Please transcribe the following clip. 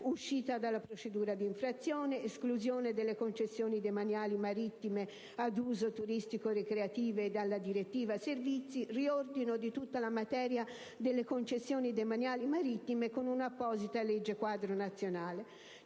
uscita dalla procedura di infrazione, esclusione delle concessioni demaniali marittime ad uso turistico-ricreativo dalla direttiva servizi, riordino di tutta la materia delle concessioni demaniali marittime con un'apposita legge quadro nazionale.